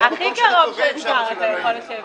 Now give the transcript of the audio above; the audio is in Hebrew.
שבעצם לא אפשר למועצת הלול לקיים את ההסדר,